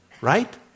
Right